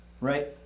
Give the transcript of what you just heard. right